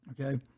Okay